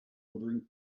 ordering